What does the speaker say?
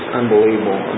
unbelievable